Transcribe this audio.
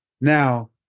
Now